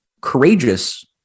courageous